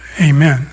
Amen